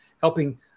helping